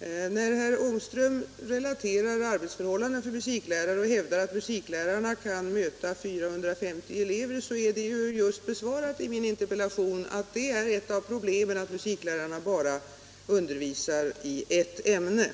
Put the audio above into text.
Herr Ångström relaterar arbetsförhållandena för musiklärarna och hävdar att de kan möta 450 olika elever. I mitt interpellationssvar har jag just framhållit att ett av problemen för musiklärarna är att de bara undervisar i ett ämne.